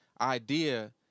idea